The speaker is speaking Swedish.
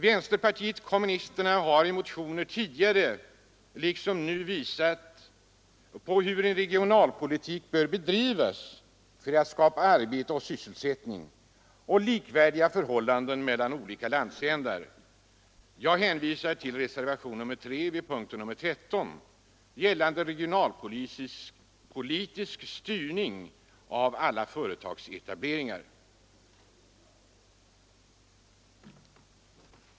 Vänsterpartiet kommunisterna har i motioner tidigare liksom nu visat på hur en regionalpolitik bör bedrivas för att skapa arbete och sysselsättning samt likvärdiga förhållanden mellan olika landsändar. Jag hänvisar till reservationen 3 vid punkten 13 gällande regionalpolitisk styrning av alla företagsetableringar.